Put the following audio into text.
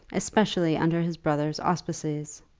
especially under his brother's auspices.